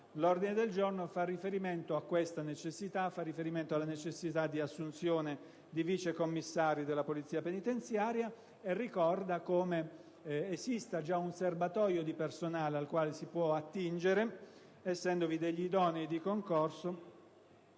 L'ordine del giorno G4.104 fa riferimento alla necessità di assunzione di vice commissari di Polizia penitenziaria, e ricorda come esista già un serbatoio di personale dal quale si può attingere, essendovi degli idonei di concorso